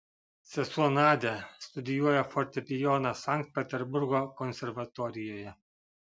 sesuo nadia studijuoja fortepijoną sankt peterburgo konservatorijoje